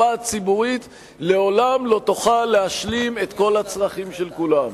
הקופה הציבורית לעולם לא תוכל להשלים את כל הצרכים של כולם.